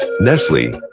Nestle